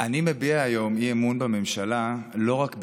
אני מביע היום אי-אמון בממשלה לא רק בשמי,